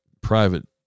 private